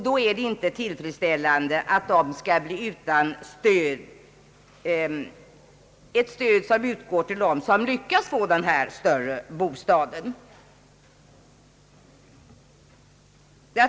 Då är det inte tillfredsställande att de skall bli utan stöd — ett stöd som utgår till dem som lyckas få större bostad.